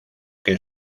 que